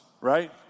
right